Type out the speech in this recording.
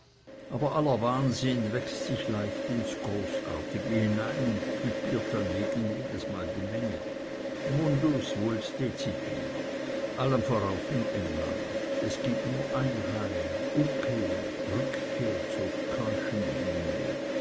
aber aller wahnsinn wächst sich leicht ins großartige hinein und düpiert dann regelmäßig die menge mundus vult decipi allem vorauf in england es gibt nur ein heil umkehr rückkehr zur keuschen linie